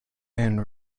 and